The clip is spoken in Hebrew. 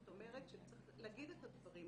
זאת אומרת שצריך להגיד את הדברים,